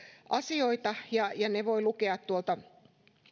asioita ja ja ne voi lukea tuolta